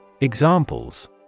Examples